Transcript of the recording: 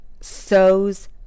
sows